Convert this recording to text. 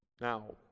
Now